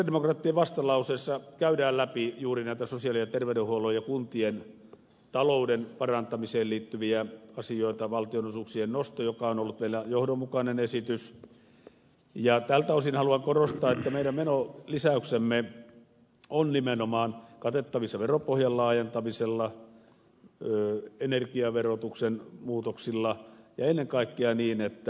sosialidemokraattien vastalauseessa käydään läpi juuri näitä sosiaali ja terveydenhuollon ja kuntien talouden parantamiseen liittyviä asioita valtionosuuksien nostosta on ollut meillä johdonmukainen esitys ja tältä osin haluan korostaa että meidän menolisäyksemme ovat nimenomaan katettavissa veropohjan laajentamisella energiaverotuksen muutoksilla ja ennen kaikkea niin että